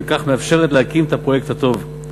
ובכך מאפשרת להקים את הפרויקט הטוב,